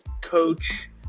coach